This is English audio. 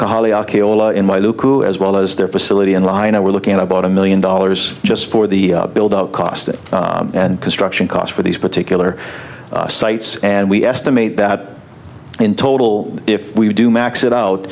local as well as their facility in la i know we're looking at about a million dollars just for the build up cost and construction costs for these particular sites and we estimate that in total if we do max it out